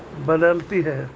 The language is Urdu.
بدلتی ہے